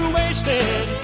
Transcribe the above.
wasted